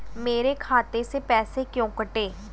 मेरे खाते से पैसे क्यों कटे?